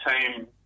team